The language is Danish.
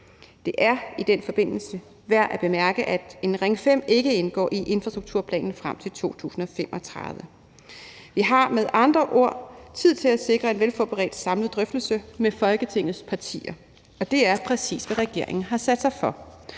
Det er i den forbindelse værd at bemærke, at en Ring 5-motorvej ikke indgår i infrastrukturplanen frem til 2035. Vi har med andre ord tid til at sikre en velforberedt samlet drøftelse med Folketingets partier, og det er præcis, hvad regeringen har sat sig for.